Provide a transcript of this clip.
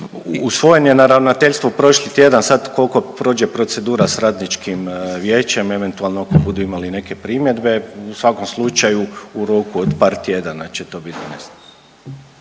Usvojen je na ravnateljstvu prošli tjedan sad ukoliko prođe procedura s radničkim vijećem eventualno ako budu imali neke primjedbe, u svakom slučaju u roku od par tjedana će to biti doneseno.